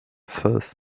first